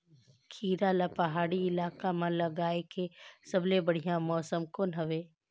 खीरा ला पहाड़ी इलाका मां लगाय के सबले बढ़िया मौसम कोन हवे?